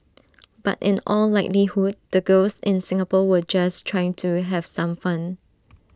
but in all likelihood the girls in Singapore were just trying to have some fun